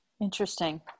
Interesting